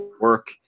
work